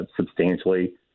substantially